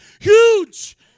huge